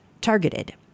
targeted